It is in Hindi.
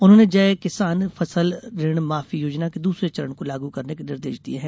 उन्होंने जय किसान फसल ऋण माफी योजना के दूसरे चरण को लागू करने के निर्देश दिये हैं